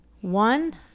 One